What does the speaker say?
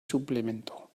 suplemento